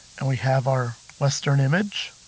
and we have our western image.